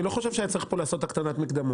אני לא חושב שהיה צריך לעשות פה הקטנת מקדמות.